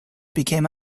became